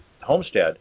homestead